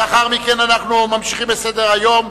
לאחר מכן אנחנו ממשיכים בסדר-היום,